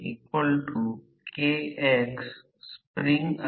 म्हणून Z2 एक वर्ग r2 j s वर्ग X 2 जो r2 ' j S X 2 r2 हे बरेच X 2 बरेच काही निश्चित करा